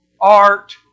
art